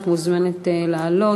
את מוזמנת לעלות.